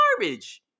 garbage